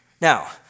Now